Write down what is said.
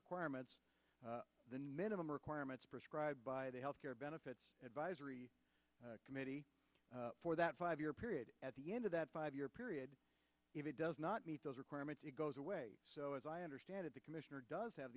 requirements then minimum requirements prescribed by the health care benefits advisory committee for that five year period at the end of that five year period if it does not meet those requirements it goes away so as i understand it the commissioner does have